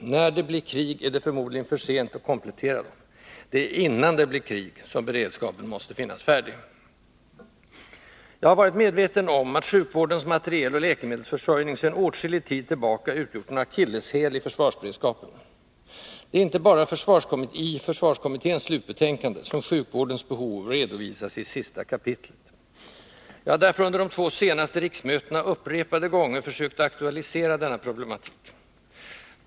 När det blir krig är det förmodligen för sent att komplettera dem. Det är innan det blir krig, som beredskapen måste finnas färdig. Jag har varit medveten om att sjukvårdens materieloch läkemedelsförsörjning sedan åtskillig tid tillbaka utgjort en akilleshäl i försvarsberedskapen. Det är inte bara i försvarskommitténs slutbetänkande, som sjukvårdens behov redovisas i sista kapitlet. Jag har därför under de två senaste riksmötena upprepade gånger försökt aktualisera denna problematik.